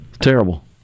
terrible